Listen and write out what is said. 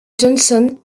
johnson